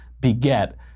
beget